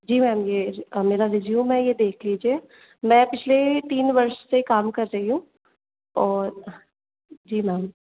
जी ma'am ये मेरा resume है यह देख लीजिये मैं पिछले तीन वर्ष से काम कर रही हूँ और जी मैम